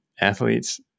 athletes